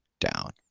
down